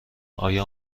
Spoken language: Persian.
آیا